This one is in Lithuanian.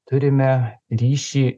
turime ryšį